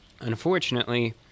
Unfortunately